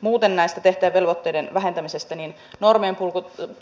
muuten näiden tehtävävelvoitteiden vähentämisestä että